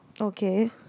Okay